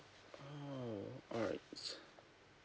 mm alright